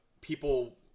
People